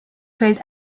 fällt